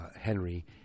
Henry